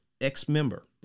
ex-member